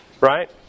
Right